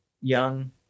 young